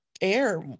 air